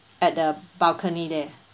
at the balcony there